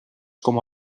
como